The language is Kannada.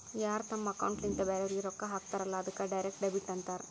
ಯಾರ್ ತಮ್ ಅಕೌಂಟ್ಲಿಂತ್ ಬ್ಯಾರೆವ್ರಿಗ್ ರೊಕ್ಕಾ ಹಾಕ್ತಾರಲ್ಲ ಅದ್ದುಕ್ ಡೈರೆಕ್ಟ್ ಡೆಬಿಟ್ ಅಂತಾರ್